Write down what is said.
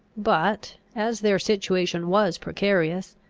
but, as their situation was precarious,